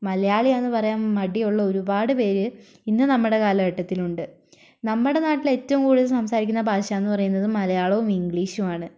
മലയാളിയാണെന്നു പറയാൻ മടിയുള്ള ഒരുപാട് പേര് ഇന്ന് നമ്മുടെ കാലഘട്ടത്തിലുണ്ട് നമ്മുടെ നാട്ടിൽ ഏറ്റവും കൂടുതൽ സംസാരിക്കുന്ന ഭാഷയെന്നു പറയുന്നത് മലയാളവും ഇംഗ്ലീഷുമാണ്